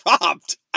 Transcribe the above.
dropped